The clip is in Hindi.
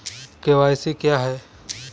के.वाई.सी क्या है?